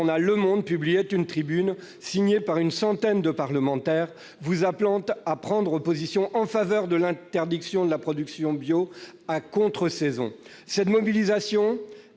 le journal publiait une tribune, signée par une centaine de parlementaires, vous appelant à prendre position en faveur de l'interdiction de la production bio à contre-saison. Cette mobilisation